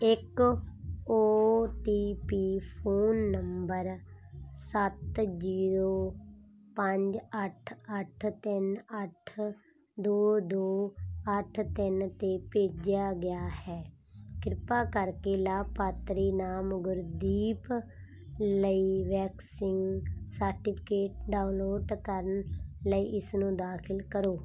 ਇੱਕ O T P phone number ਸੱਤ zero ਪੰਜ ਅੱਠ ਅੱਠ ਤਿੰਨ ਅੱਠ ਦੋ ਦੋ ਅੱਠ ਤਿੰਨ 'ਤੇ ਭੇਜਿਆ ਗਿਆ ਹੈ ਕਿਰਪਾ ਕਰਕੇ ਲਾਭਪਾਤਰੀ ਨਾਮ ਗੁਰਦੀਪ ਲਈ ਵੈਕਸੀਨ ਸਰਟੀਫਿਕੇਟ ਡਾਊਨਲੋਡ ਕਰਨ ਲਈ ਇਸ ਨੂੰ ਦਾਖਲ ਕਰੋ